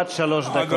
עד שלוש דקות.